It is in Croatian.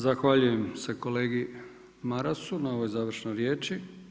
Zahvaljujem se kolegi Marasu na ovoj završnoj riječi.